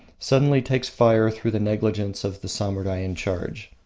suddenly takes fire through the negligence of the samurai in charge.